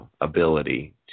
ability